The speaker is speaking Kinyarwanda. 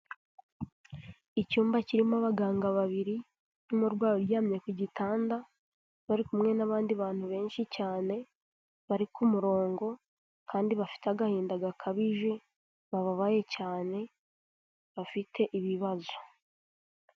Icyumba kirimo abaganga babiri n'umurwayi uryamye ku gitanda bari kumwe n'abandi bantu benshi cyane, bari ku kumurongo kandi bafite agahinda gakabije, bababaye cyane, bafite ibibazo.